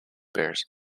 bears